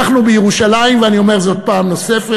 אנחנו בירושלים, ואני אומר זאת פעם נוספת,